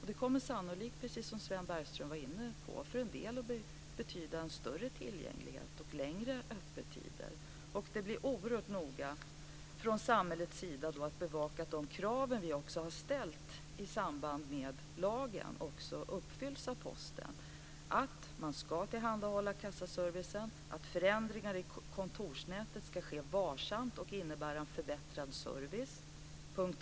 Precis som Sven Bergström var inne på kommer det sannolikt för en del att betyda en större tillgänglighet och längre öppettider. Samhället bevakar oerhört noga att de krav som vi har ställt i samband med lagen också uppfylls av Posten. För det första ska man tillhandahålla kassaservice. För det andra ska förändringar i kontorsnätet ske varsamt och innebära en förbättrad service.